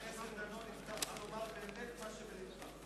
חבר הכנסת דנון, הבטחת לומר באמת מה שבלבך.